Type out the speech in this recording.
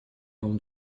вам